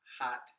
hot